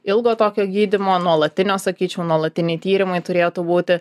ilgo tokio gydymo nuolatinio sakyčiau nuolatiniai tyrimai turėtų būti